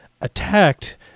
attacked